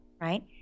right